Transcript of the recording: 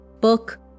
book